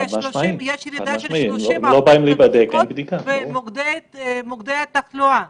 שיש ירידה של 30% בבדיקות במוקדי התחלואה.